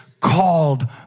called